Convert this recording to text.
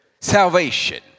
salvation